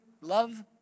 love